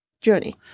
journey